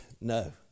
No